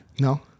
No